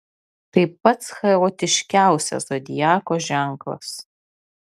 tai pats chaotiškiausias zodiako ženklas